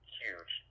huge